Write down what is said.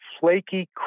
flaky